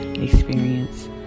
experience